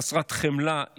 חסרת חמלה,